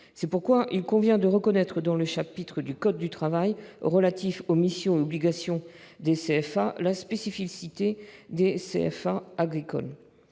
C'est pourquoi il convient de reconnaître dans le chapitre du code du travail relatif aux missions et obligations des CFA la spécificité des centres